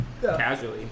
casually